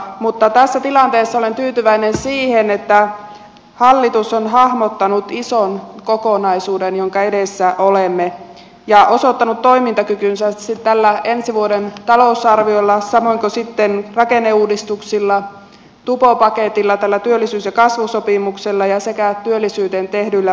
mutta tässä tilanteessa olen tyytyväinen siihen että hallitus on hahmottanut ison kokonaisuuden jonka edessä olemme ja osoittanut toimintakykynsä tällä ensi vuoden talousarviolla samoin kuin rakenneuudistuksilla tupopaketilla työllisyys ja kasvusopimuksella sekä työllisyyteen tehdyillä panostuksilla